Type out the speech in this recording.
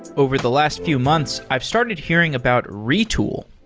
over the last few months, i've started hearing about retool.